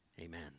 Amen